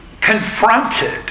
confronted